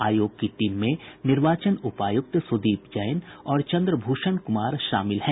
आयोग की टीम में निर्वाचन उपायुक्त सुदीप जैन और चंद्रभूषण कुमार शामिल हैं